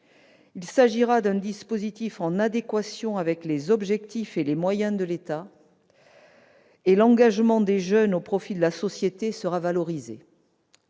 il s'agira d'un dispositif en adéquation avec les objectifs et les moyens de l'État ; l'engagement des jeunes au profit de la société sera valorisé.